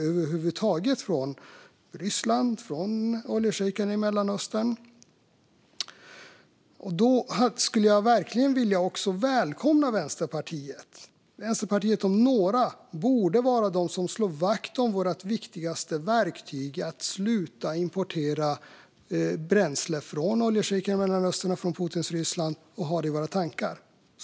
Det handlar om fossilt bränsle från Ryssland och från oljeschejkerna i Mellanöstern. Då skulle jag också vilja välkomna Vänsterpartiet. Vänsterpartiet om någon borde slå vakt om vårt viktigaste verktyg för att sluta importera bränsle från oljeschejkerna i Mellanöstern och från Putins Ryssland, nämligen reduktionsplikten.